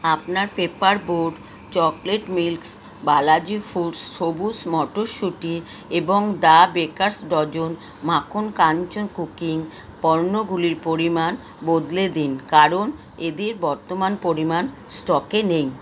আপনার paper boat chocolate milks Balaji foods সবুুজ মটরশুঁটি এবং দা বেকারস ডজন মাখন কাঞ্চো কুকিং পণ্যগুলোর পরিমাণ বদলে দিন কারণ এদের বর্তমান পরিমাণ স্টকে নেই